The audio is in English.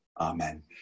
Amen